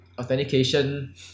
authentication